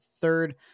third